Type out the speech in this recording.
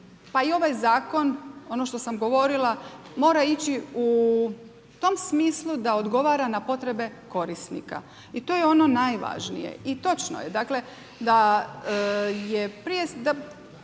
pa i ovaj zakon, ono što sam govorila mora ići u tom smislu da odgovara na potrebe korisnika i to je ono najvažnije i točno je dakle da je jedno